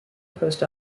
post